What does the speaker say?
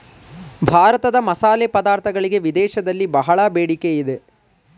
ಭಾರತದ ಮಸಾಲೆ ಪದಾರ್ಥಗಳಿಗೆ ವಿದೇಶದಲ್ಲಿ ಬಹಳ ಬೇಡಿಕೆ ಇದೆ